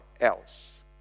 else